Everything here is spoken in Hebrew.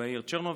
בעיר צ'רנוביץ,